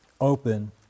open